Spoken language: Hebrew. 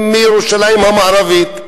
מירושלים המערבית.